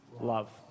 love